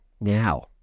now